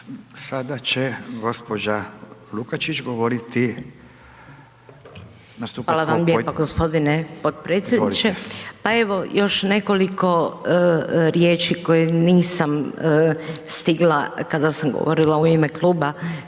razumije./… **Lukačić, Ljubica (HDZ)** Hvala lijepo gospodine potpredsjedniče. Evo, još nekoliko riječi koje nisam stigla kada sam govorila u ime kluba